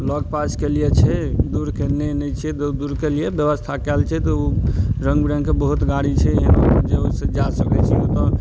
लग पासके लिये छै दूरके लिये नहि छै दूर दूरके लिये व्यवस्था कयल छै तऽ रङ्ग बिरङ्गके बहुत गाड़ी छै यहाँ जे ओइसँ जा सकय छी ओतऽ